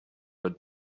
what